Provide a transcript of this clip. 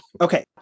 Okay